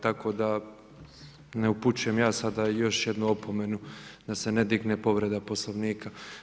Tako da ne upućujem ja sada još jednu opomenu da se ne digne povreda Poslovnika.